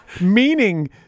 meaning